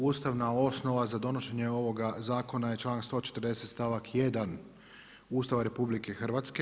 Ustavna osnova za donošenje ovoga zakona je članak 140. stavak 1. Ustava RH.